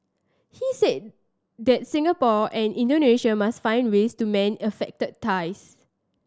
he said that Singapore and Indonesia must find ways to mend affected ties